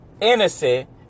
innocent